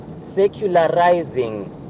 secularizing